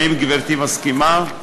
האם גברתי מסכימה?